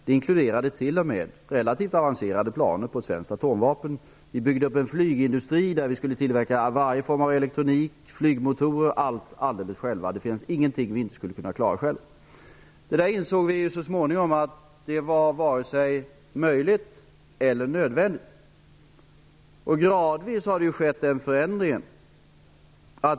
Den inkluderade till och med relativt avancerade planer på ett svenskt atomvapen. Vi byggde upp en flygindustri där vi skulle tillverka varje form av elektronik, flygmotorer, allt, alldeles själva. Det fanns ingenting vi inte skulle kunna klara själva. Det insåg vi så småningom var varken möjligt eller nödvändigt. Gradvis har det skett en förändring.